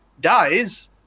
dies